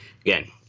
again